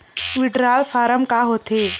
Withdrawal form का होथे?